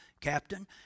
Captain